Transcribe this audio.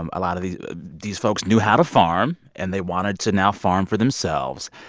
um a lot of these these folks knew how to farm, and they wanted to now farm for themselves.